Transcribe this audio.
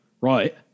right